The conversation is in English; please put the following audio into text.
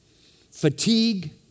fatigue